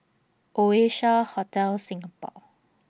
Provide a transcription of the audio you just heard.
Oasia Hotel Singapore